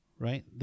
Right